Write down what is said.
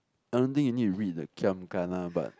I don't think you need to read the kiam gana but